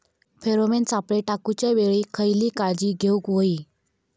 Pheromone सापळे टाकूच्या वेळी खयली काळजी घेवूक व्हयी?